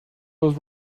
was